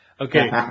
Okay